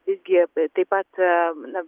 visgi taip pat na